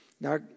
Now